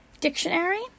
Dictionary